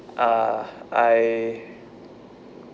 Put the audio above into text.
uh I